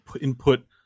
input